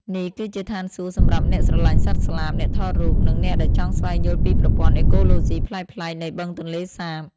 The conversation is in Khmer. នេះគឺជាឋានសួគ៌សម្រាប់អ្នកស្រឡាញ់សត្វស្លាប អ្នកថតរូប និងអ្នកដែលចង់ស្វែងយល់ពីប្រព័ន្ធអេកូឡូស៊ីប្លែកៗនៃបឹងទន្លេសាប។